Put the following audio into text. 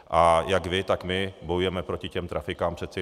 A jak vy, tak my bojujeme proti těm trafikám, přeci.